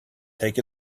take